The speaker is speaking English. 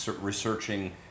researching